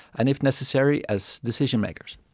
and if necessary as decision-makers.